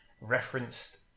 Referenced